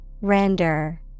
Render